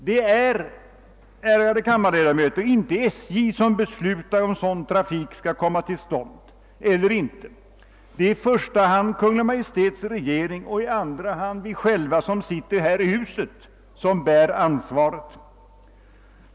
Det är, ärade kammarledamöter, inte SJ som beslutar huruvida sådan trafik skall komma till stånd eller inte, utan det är i första hand Kungl. Maj:t och i andra hand vi själva här i huset som bär ansvaret.